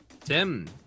Tim